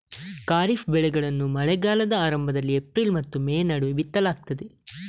ಖಾರಿಫ್ ಬೆಳೆಗಳನ್ನು ಮಳೆಗಾಲದ ಆರಂಭದಲ್ಲಿ ಏಪ್ರಿಲ್ ಮತ್ತು ಮೇ ನಡುವೆ ಬಿತ್ತಲಾಗ್ತದೆ